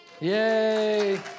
Yay